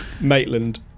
Maitland